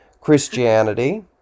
Christianity